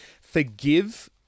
forgive